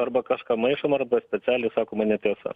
arba kažką maišom arba specialiai sakoma netiesa